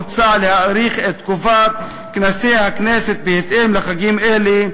מוצע להאריך את תקופת כנסי הכנסת בהתאם לחגים אלה,